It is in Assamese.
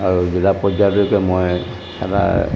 আৰু জিলা পৰ্যায়লৈকে মই এটা